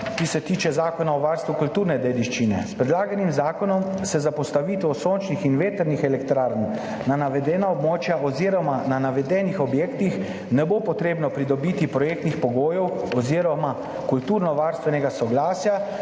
ki se tiče Zakona o varstvu kulturne dediščine. S predlaganim zakonom za postavitev sončnih in vetrnih elektrarn na navedena območja oziroma na navedenih objektih ne bo treba pridobiti projektnih pogojev oziroma kulturnovarstvenega soglasja,